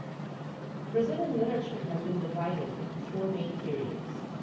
brazilian literature has been divided into four main periods.